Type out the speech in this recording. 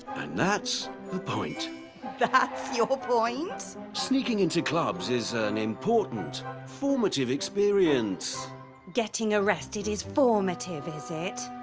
and that's the point that's your point? sneaking into clubs is an important formative experience getting arrested is formative, is it?